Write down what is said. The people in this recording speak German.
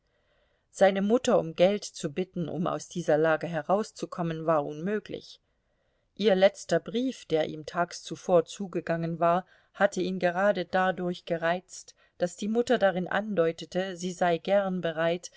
seine mutter um geld zu bitten um aus dieser lage herauszukommen war unmöglich ihr letzter brief der ihm tags zuvor zugegangen war hatte ihn gerade dadurch gereizt daß die mutter darin andeutete sie sei gern bereit